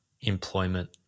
employment